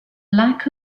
lack